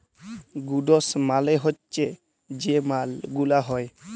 goods মালে হচ্যে যে মাল গুলা হ্যয়